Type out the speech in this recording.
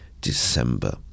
December